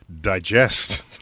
digest